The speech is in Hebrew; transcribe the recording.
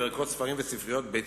ערכות ספרים וספריות בית-ספריות.